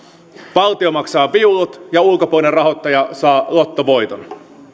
valtio maksaa viulut ja ulkopuolinen rahoittaja saa lottovoiton